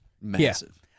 massive